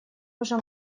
уже